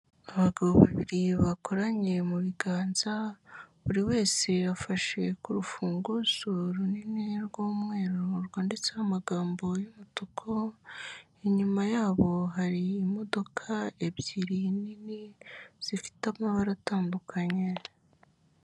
Abagabo babiri bakoraniye mu biganza buri wese yafashe ku rufunguzo runini rw'umweru rwanditse n'amagambo y'umutuku, inyuma yabo hari imodoka ebyiri nini zifite amabara batandukanye.